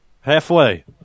Halfway